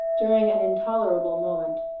during an intolerable moment.